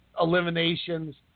eliminations